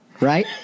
Right